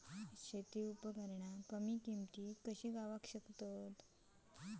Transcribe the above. शेती उपकरणा कमी किमतीत कशी गावतली?